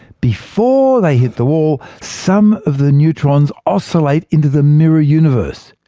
before they hit the wall, some of the neutrons oscillate into the mirror universe.